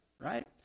right